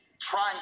trying